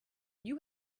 you